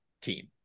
team